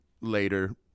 later